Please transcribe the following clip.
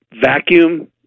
vacuum